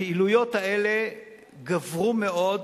הפעילויות האלה גברו מאוד